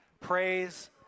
praise